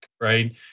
right